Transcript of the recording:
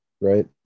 Right